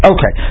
Okay